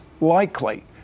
likely